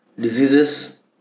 diseases